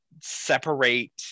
separate